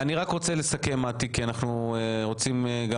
אני רוצה לסכם מטי כי אנחנו רוצים גם